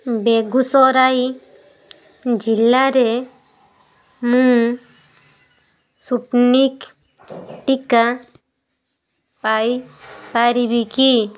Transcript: ବେଗୁସରାଇ ଜିଲ୍ଲାରେ ମୁଁ ସ୍ପୁଟନିକ୍ ଟିକା ପାଇପାରିବି କି